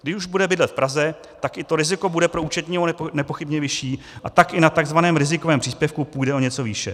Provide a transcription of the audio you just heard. Když už bude bydlet v Praze, tak i to riziko bude pro účetního nepochybně vyšší, a tak i na takzvaném rizikovém příspěvku půjde o něco výše.